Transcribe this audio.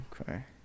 Okay